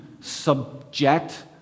subject